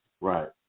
Right